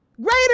Greater